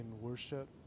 worship